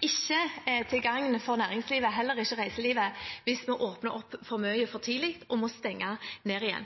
ikke til gagn for næringslivet, og heller ikke reiselivet, hvis vi åpner opp for mye for tidlig og må stenge ned igjen.